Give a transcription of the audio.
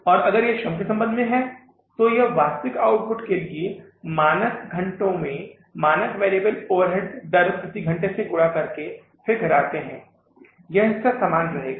और अगर यह श्रम के संबंध में है तो यह वास्तविक आउटपुट के लिए मानक घंटों में मानक वेरिएबल ओवरहेड दर प्रति घंटे से गुणे करके फिर घटाते है यह हिस्सा समान रहेगा